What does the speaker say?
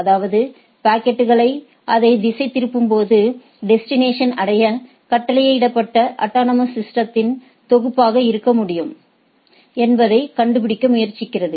அதாவது பாக்கெட்டுகள் அதைத் திசைதிருப்பும்போது டெஸ்டினேஷனை அடைய கட்டளையிடப்பட்ட அட்டானமஸ் சிஸ்டதின் தொகுப்பாக இருக்க வேண்டும் என்பதைக் கண்டுபிடிக்க முயற்சிக்கிறது